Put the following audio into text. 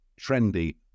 trendy